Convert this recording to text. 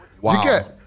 Wow